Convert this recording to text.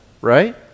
right